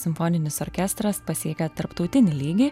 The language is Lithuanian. simfoninis orkestras pasiekia tarptautinį lygį